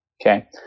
Okay